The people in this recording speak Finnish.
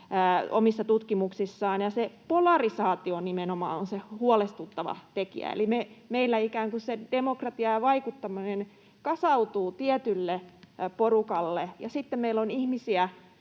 omissa tutkimuksissaan, ja se polarisaatio nimenomaan on se huolestuttava tekijä. Eli meillä ikään kuin se demokratiaan vaikuttaminen kasautuu tietylle porukalle, ja sitten meillä on ihmisiä,